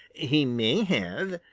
he may have.